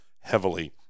heavily